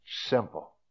simple